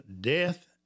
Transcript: death